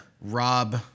Rob